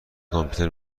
کامپیوتر